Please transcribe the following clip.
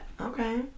Okay